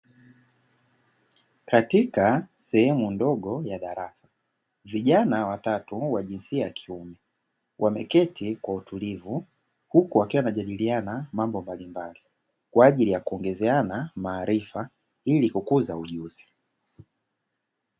Katika sehemu ndogo ya darasa, vijana watatu wa jinsia ya kiume, wameketi kwa utulivu huku wakiwa wanajadiliana mambo mbalimbali kwa ajili ya kuongezeana maarifa ili kukuza ujuzi.